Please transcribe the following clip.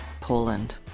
Poland